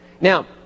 Now